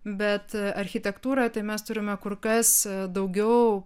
bet architektūroje tai mes turime kur kas daugiau